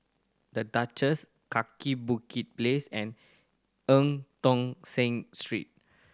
The Duchess Kaki Bukit Place and Eu Tong Sen Street